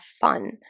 fun